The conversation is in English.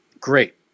Great